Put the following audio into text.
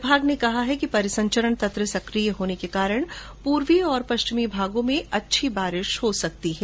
विभाग का कहना है कि परिसंचरण तंत्र सक्रिय होन्ने के कारण पूर्वी और पश्चिमी भागों में अच्छी बारिश हो सकती है